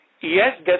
Yes